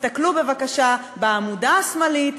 תסתכלו בבקשה בעמודה השמאלית,